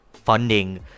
funding